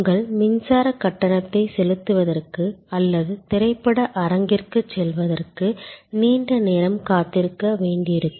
உங்கள் மின்சாரக் கட்டணத்தைச் செலுத்துவதற்கு அல்லது திரைப்பட அரங்கிற்குச் செல்வதற்கு நீண்ட நேரம் காத்திருக்க வேண்டியிருக்கும்